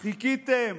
חיכיתם.